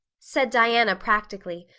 said diana practically,